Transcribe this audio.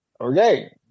Okay